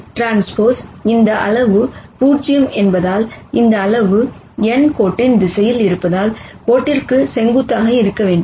NT இந்த அளவு 0 என்பதால் இந்த அளவு n கோட்டின் திசையில் இருப்பதால் கோட்டிற்கு செங்குத்தாக இருக்க வேண்டும்